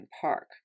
Park